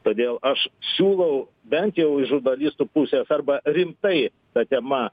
todėl aš siūlau bent jau iš žurnalistų pusės arba rimtai ta tema